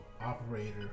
operator